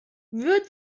wird